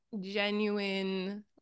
genuine